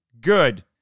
Good